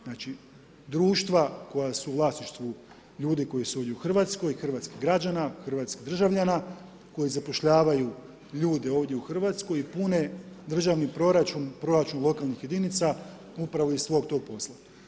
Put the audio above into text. Znači, društva koja su u vlasništvu ljudi koji su ovdje u RH, hrvatskih građana, hrvatskih državljana, koji zapošljavaju ljude ovdje u RH i pune državni proračun, proračun lokalnih jedinica upravo iz svog tog posla.